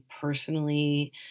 personally